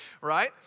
right